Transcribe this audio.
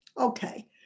Okay